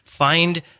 Find